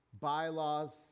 bylaws